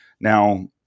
now